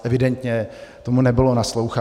Evidentně tomu nebylo nasloucháno.